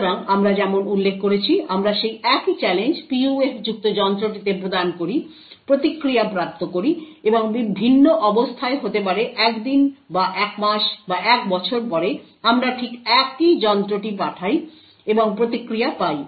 সুতরাং আমরা যেমন উল্লেখ করেছি আমরা সেই একই চ্যালেঞ্জ PUF যুক্ত যন্ত্রটিতে প্রদান করি প্রতিক্রিয়া প্রাপ্ত করি এবং একটি ভিন্ন অবস্থায় হতে পারে একদিন বা এক মাস বা এক বছর পরে আমরা ঠিক একই যন্ত্রটি পাঠাই এবং প্রতিক্রিয়া পাই